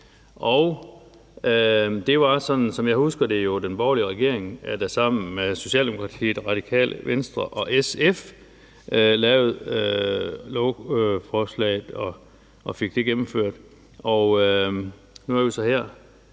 Det var jo, sådan som jeg husker det, den borgerlige regering, der sammen med Socialdemokratiet, Radikale Venstre og SF lavede lovforslaget, og som fik det gennemført, og nu har vi så